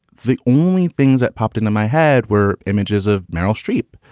the only things that popped into my head were images of meryl streep.